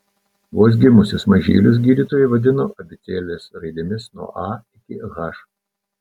vos gimusius mažylius gydytojai vadino abėcėlės raidėmis nuo a iki h